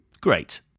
Great